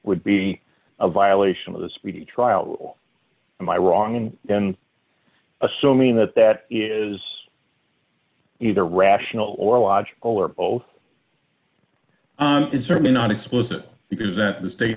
would be a violation of the speedy trial and my wrong and then a so mean that that is either rational or logical or both it's certainly not explicit because at the state